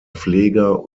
pfleger